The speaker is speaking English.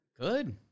Good